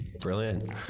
brilliant